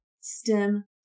stem